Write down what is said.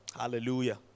Hallelujah